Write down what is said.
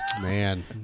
man